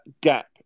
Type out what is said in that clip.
gap